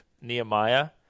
Nehemiah